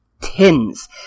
Tins